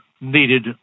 needed